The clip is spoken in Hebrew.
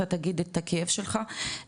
אתה תגיד את הכאב שלך,